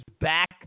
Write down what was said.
back